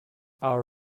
our